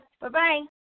Bye-bye